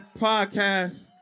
podcast